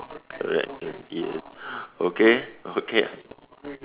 correct correct yes okay okay